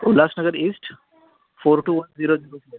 Ulhasnagar east four two one zero zero four